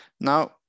Now